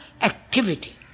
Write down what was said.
activity